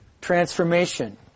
transformation